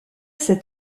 cet